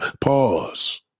Pause